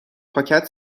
پاکت